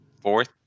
fourth